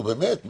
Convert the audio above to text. נו באמת.